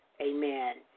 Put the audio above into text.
Amen